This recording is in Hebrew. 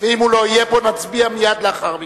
אם הוא לא יהיה פה נצביע מייד לאחר מכן,